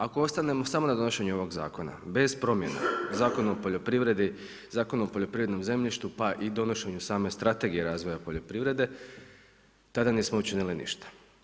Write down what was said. Ako ostanemo samo na donošenju ovog zakona bez promjena, Zakon o poljoprivredi, Zakon o poljoprivrednom zemljištu pa i donošenju same Strategije razvoja poljoprivrede tada ne spominjući ništa.